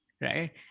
right